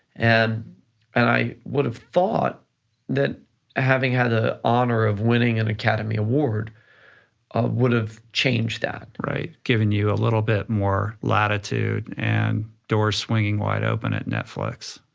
and i would have thought that having had the honor of winning an academy award ah would have changed that. right, given you a little bit more latitude and door swinging wide open at netflix.